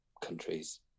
countries